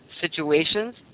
situations